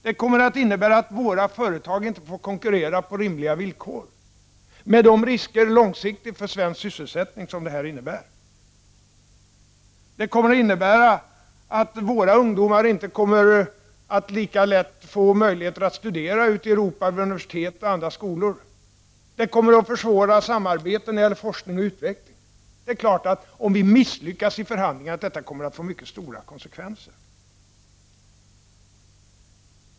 Det kommer vidare att innebära att våra företag inte får konkurrera på lika villkor, med de långsiktiga risker för svensk sysselsättning som detta medför. Det kommer också att innebära att våra ungdomar inte kommer att få så goda möjligheter att studera ute i Europa på universitet och andra skolor, och det kommer att försvåra samarbetet när det gäller forskning och utveckling. Självfallet kommer ett misslyckande i förhandlingarna att få mycket stora konsekvenser.